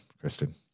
Kristen